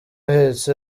ahetse